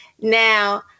Now